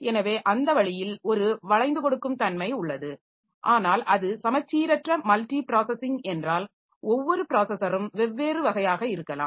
எனவே அந்த வழியில் ஒரு வளைந்து கொடுக்கும் தன்மை உள்ளது ஆனால் அது சமச்சீரற்ற மல்டி ப்ராஸஸிங் என்றால் ஒவ்வொரு ப்ராஸஸரும் வெவ்வேறு வகையாக இருக்கலாம்